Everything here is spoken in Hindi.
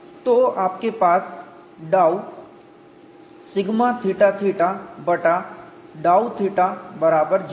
तो आपके पास डाउ σθθ बटा डाउ θ बराबर 0 है